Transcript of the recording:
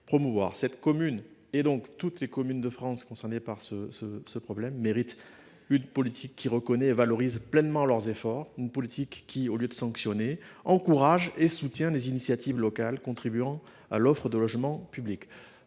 promouvoir. Cette commune et, au delà, toutes les communes de France concernées par ce problème, mérite une politique qui reconnaisse et valorise pleinement ses efforts, une politique, qui, au lieu de sanctionner, encourage et soutienne les initiatives locales contribuant à l’offre de logements publics.